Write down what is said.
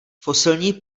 fosilní